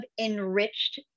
Enriched